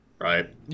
right